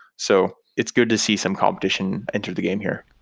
so it's good to see some competition enter the game here.